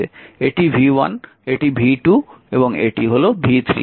এটি v1 এটি v2 এবং এটি হল v3